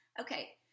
Okay